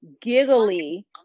giggly